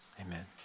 Amen